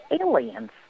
aliens